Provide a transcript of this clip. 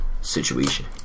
situation